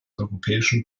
europäischen